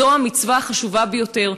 זו המצווה החשובה ביותר,